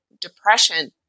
depression